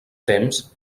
temps